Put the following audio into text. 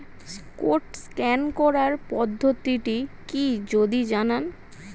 Code scan করার পদ্ধতিটি কি যদি জানান?